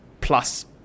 plus